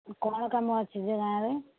କ'ଣ କାମ ଅଛି ଯେ ଗାଁ ରେ